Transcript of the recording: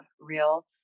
real